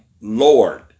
Lord